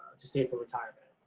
to save for retirement.